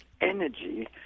energy